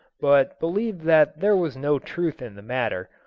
but believed that there was no truth in the matter,